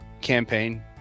campaign